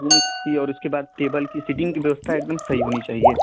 हूँ ही और उसके बाद टेबल की सिटिंग की व्यवस्था एकदम सही होनी चाहिए